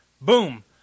boom